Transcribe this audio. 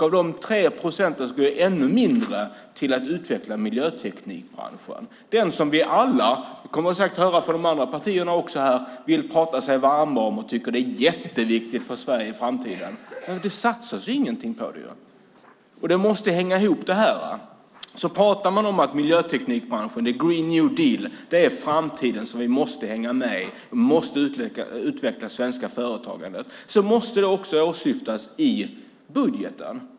Av dessa 3 procent går ännu mindre till att utveckla miljöteknikbranschen, den som vi alla vill prata oss varma för och tycker är jätteviktig för Sverige i framtiden. Men det satsas ingenting på den. Detta måste hänga ihop. Pratar man om att miljöteknikbranschen, Green New Deal, är framtiden som vi måste hänga med i och att det svenska företagande måste utvecklas måste detta också synas i budgeten.